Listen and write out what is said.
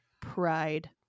pride